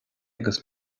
agus